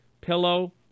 pillow